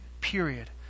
period